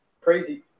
crazy